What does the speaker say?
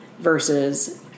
versus